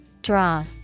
Draw